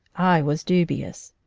i was dubious.